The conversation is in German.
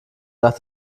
nach